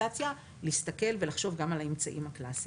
והדיגיטציה להסתכל ולחשוב גם על האמצעים הקלאסיים.